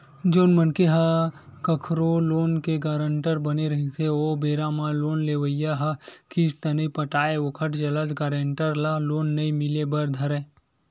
जउन मनखे ह कखरो लोन के गारंटर बने रहिथे ओ बेरा म लोन लेवइया ह किस्ती नइ पटाय ओखर चलत गारेंटर ल लोन नइ मिले बर धरय